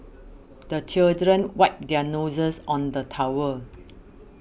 the children wipe their noses on the towel